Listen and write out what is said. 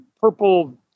purple